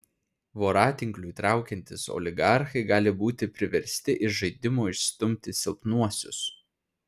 voratinkliui traukiantis oligarchai gali būti priversti iš žaidimo išstumti silpnuosius